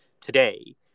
today